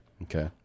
Okay